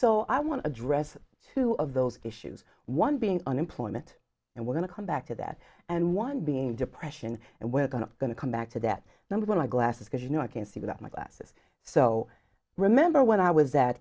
so i want to address two of those issues one being unemployment and we're going to come back to that and one being depression and we're going to going to come back to that number one eye glasses because you know i can see without my glasses so remember when i was